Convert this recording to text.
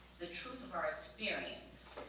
the truth of our experience,